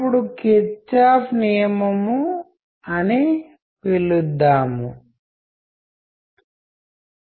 కాబట్టి డిటెక్టివ్ పని ఏమిటంటే చెరిపి వేయబడిన లైన్లనుసరైన చోట ఉంచడం కమ్యూనికేషన్ ప్రక్రియ పూర్తయ్యేలా చెరిపివేయబడిన పంక్తిని పూర్తి చేయడానికి